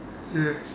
yes